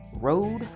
Road